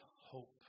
hope